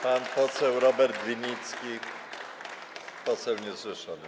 Pan poseł Robert Winnicki, poseł niezrzeszony.